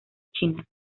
china